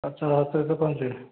ଆଚ୍ଛା ପହଁଚିବେ